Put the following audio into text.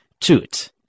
Toot